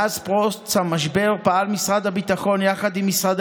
מאז פרוץ המשבר פעל משרד הביטחון יחד עם משרדי